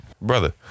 Brother